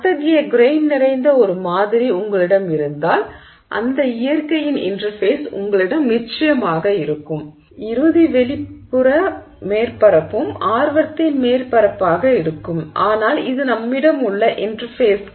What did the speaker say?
அத்தகைய கிரெய்ன் நிறைந்த ஒரு மாதிரி உங்களிடம் இருந்தால் அந்த இயற்கையின் இன்டெர்ஃபேஸ் உங்களிடம் நிச்சயமாக இருக்கும் இறுதி வெளிப்புற மேற்பரப்பும் ஆர்வத்தின் மேற்பரப்பாக இருக்கும் ஆனால் இது நம்மிடம் உள்ள இன்டெர்ஃபேஸ்கள்